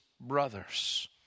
brothers